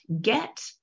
get